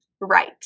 right